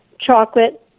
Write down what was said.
chocolate